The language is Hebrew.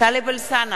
טלב אלסאנע,